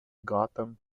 gotham